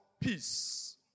peace